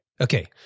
Okay